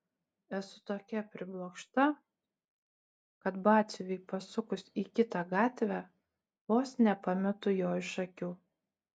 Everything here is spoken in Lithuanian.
esu tokia priblokšta kad batsiuviui pasukus į kitą gatvę vos nepametu jo iš akių